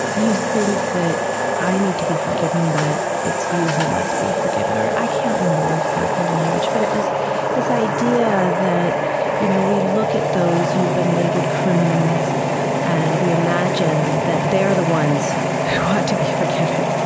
you think that i need to be forgiven, but it's you who must be forgiven. i can't remember exactly the language, but it was this idea that you know we look at those who've been labeled criminals and we imagine that they're the ones who ought to be forgiven,